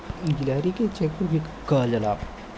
गिलहरी के चेखुर भी कहल जाला